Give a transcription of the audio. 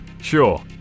Sure